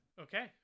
Okay